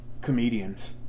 comedians